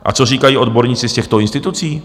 A co říkají odborníci z těchto institucí?